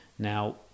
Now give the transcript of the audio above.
Now